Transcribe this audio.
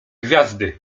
gwiazdy